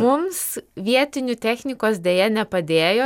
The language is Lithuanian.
mums vietinių technikos deja nepadėjo